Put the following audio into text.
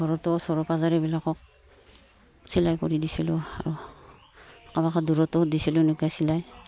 ঘৰতো ওচৰে পাঁজৰে এইবিলাকক চিলাই কৰি দিছিলোঁ আৰু কাৰোবাক দূৰতো দিছিলোঁ এনেকুৱা চিলাই